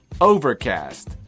Overcast